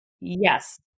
Yes